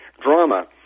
drama